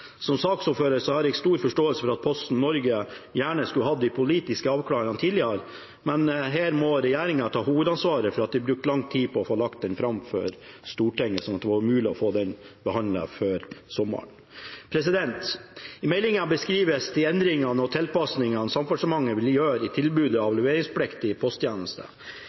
Som saksordfører har jeg stor forståelse for at Posten Norge gjerne skulle hatt de politiske avklaringene tidligere. Men her må regjeringen ta hovedansvaret for at de brukte så lang tid på å få lagt denne fram for Stortinget at det ikke var mulig å få den behandlet før sommeren. I meldingen beskrives de endringene og tilpasningene Samferdselsdepartementet vil gjøre i tilbudet av leveringspliktige posttjenester. I